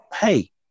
hey